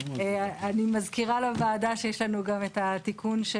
אני מזכירה לוועדה שיש לנו גם תיקון של